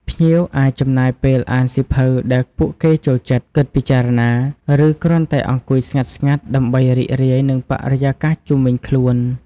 ភ្ញៀវអាចចំណាយពេលអានសៀវភៅដែលពួកគេចូលចិត្ត គិតពិចារណា ឬគ្រាន់តែអង្គុយស្ងាត់ៗដើម្បីរីករាយនឹងបរិយាកាសជុំវិញខ្លួន។